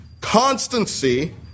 constancy